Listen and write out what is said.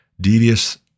devious